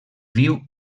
viu